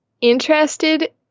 interested